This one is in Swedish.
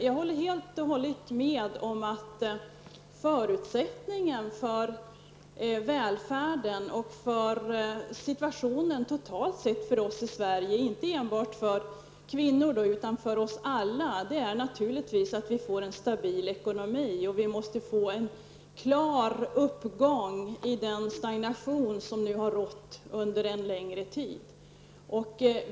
Jag håller helt och hållet med om att förutsättningen för välfärden för oss alla i Sverige, inte bara för kvinnor, är att vi får en stabil ekonomi. Det påverkar situationen för oss alla, totalt sett. Vi måste få en klar uppgång efter den stagnation som nu har rått en längre tid.